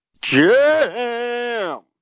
Jam